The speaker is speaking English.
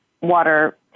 water